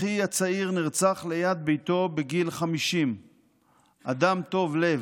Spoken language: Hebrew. אחי הצעיר נרצח ליד ביתו בגיל 50. אדם טוב לב,